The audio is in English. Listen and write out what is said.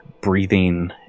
breathing